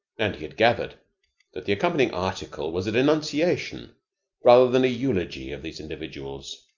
and he had gathered that the accompanying article was a denunciation rather than a eulogy of these individuals.